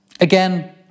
Again